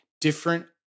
different